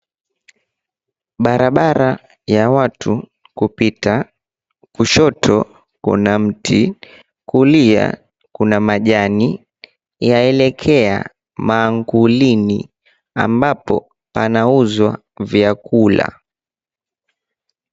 Barabara ya watu kupita, kushoto kuna mti, kulia kuna majani, yaelekea mankulini ambapo panauzwa vyakula.